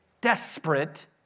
desperate